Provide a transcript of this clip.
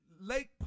Lake